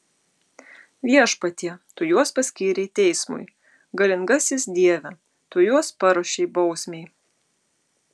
viešpatie tu juos paskyrei teismui galingasis dieve tu juos paruošei bausmei